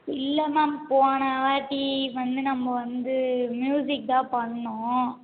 இல்லை மேம் போனவாட்டி வந்து நம்ப வந்து ம்யூசிக் தான் பண்ணிணோம்